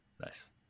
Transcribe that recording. Nice